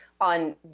on